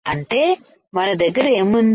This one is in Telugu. అంటే మన దగ్గర ఏముంది